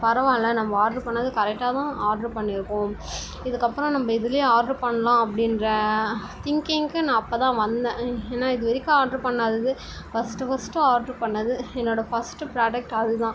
பரவாயில்லை நம்ம ஆர்ட்ரு பண்ணது கரெக்டாக தான் ஆர்டர் பண்ணிருக்கோம் இதற்கப்பறம் நம்ப இதுலையே ஆர்டர் பண்ணலாம் அப்படின்ற திங்கிங்க்கே நான் அப்போ தான் வந்தேன் ஏன்னா இதுவரைக்கும் ஆர்டர் பண்ணாதது ஃபர்ஸ்ட்டு ஃபர்ஸ்ட்டு ஆர்டர் பண்ணது என்னோட ஃபர்ஸ்ட்டு ப்ராடக்ட் அது தான்